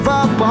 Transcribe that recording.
up